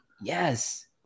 Yes